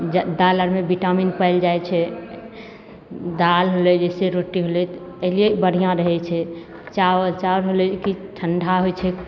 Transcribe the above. दालि आरमे विटामिन पाओल जाइ छै जैसे दालि होलय जैसे रोटी होलय अइलिये बढ़िआँ रहय छै चावल चाउर होलय जे की ठण्डा होइ छै